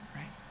right